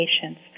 patients